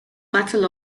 battle